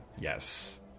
Yes